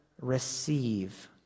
receive